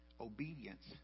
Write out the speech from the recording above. obedience